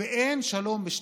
ואין שלום בשלבים,